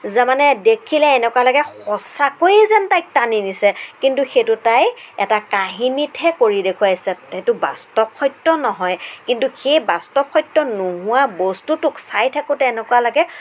যে মানে দেখিলে এনেকুৱা লাগে সঁচাকৈয়ে যেন তাইক টানি নিছে কিন্তু সেইটো তাই এটা কাহিনীতহে কৰি দেখুৱাইছে সেইটো বাস্তৱ সত্য নহয় কিন্তু সেই বাস্তৱ সত্য নোহোৱা বস্তুটোক চাই থাকোতে এনেকুৱা লাগে